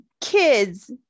kids